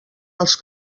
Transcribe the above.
els